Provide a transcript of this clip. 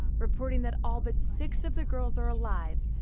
reporting that all but six of the girls are alive.